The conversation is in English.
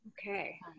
Okay